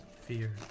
Fear